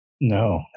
no